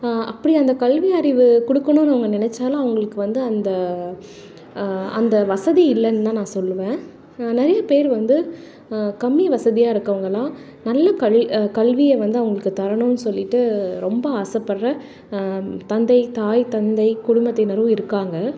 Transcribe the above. அப்படி அந்த கல்வி அறிவு கொடுக்கணுன்னு அவங்க நினச்சாலும் அவங்களுக்கு வந்து அந்த அந்த வசதி இல்லைன்னு தான் நான் சொல்லுவேன் நிறைய பேர் வந்து கம்மி வசதியாக இருக்கவர்கள்லாம் நல்ல கல் கல்வியை வந்து அவங்களுக்கு தரணும்னு சொல்லிட்டு ரொம்ப ஆசைப்பட்ற தந்தை தாய் தந்தை குடும்பத்தினரும் இருக்காங்க